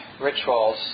rituals